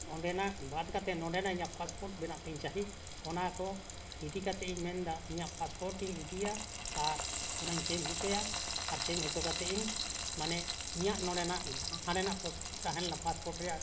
ᱚᱸᱰᱮᱱᱟᱜ ᱵᱟᱫᱽ ᱠᱟᱛᱮᱫ ᱱᱚᱰᱮᱱᱟᱜ ᱤᱧᱟᱹᱜ ᱯᱟᱥᱯᱳᱨᱴ ᱵᱮᱱᱟᱜ ᱛᱤᱧ ᱪᱟᱹᱦᱤ ᱚᱱᱟ ᱠᱚ ᱤᱫᱤ ᱠᱟᱛᱮᱫ ᱤᱧ ᱢᱮᱱᱫᱟ ᱤᱧᱟᱹᱜ ᱯᱟᱥᱯᱳᱨᱴ ᱤᱧ ᱤᱫᱤᱭᱟ ᱟᱨ ᱚᱱᱟᱧ ᱪᱮᱧᱡᱽ ᱦᱚᱪᱚᱭᱟ ᱟᱨ ᱪᱮᱧᱡᱽ ᱦᱚᱪᱚ ᱠᱟᱛᱮᱫ ᱤᱧ ᱢᱟᱱᱮ ᱤᱧᱟᱹᱜ ᱱᱚᱰᱮᱱᱟᱜ ᱡᱟᱦᱟᱸ ᱦᱟᱸᱰᱮᱱᱟᱜ ᱯᱚᱥᱴ ᱛᱟᱦᱮᱸ ᱞᱮᱱᱟ ᱯᱟᱥᱯᱳᱨᱴ ᱨᱮᱱᱟᱜ